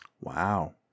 Wow